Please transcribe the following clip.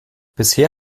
bisher